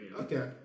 Okay